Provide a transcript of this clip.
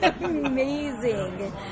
amazing